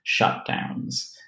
shutdowns